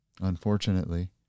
unfortunately